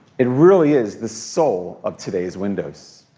it really is the soul of today's windows.